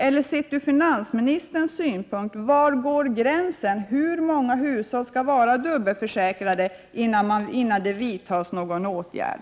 Eller, sett ur finansministerns synpunkt, var går gränsen, hur många hushåll skall vara dubbelförsäkrade innan det vidtas någon åtgärd?